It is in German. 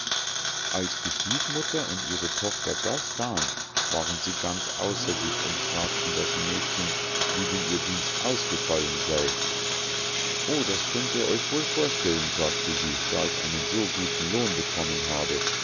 als die stiefmutter und ihre tochter das sahen waren sie ganz außer sich und fragten das mädchen wie denn ihr dienst ausgefallen sei o das könnt ihr euch wohl vorstellen sagte sie da ich einen so guten lohn bekommen habe